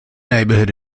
neighbourhood